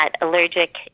allergic